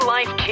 Life